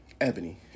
ebony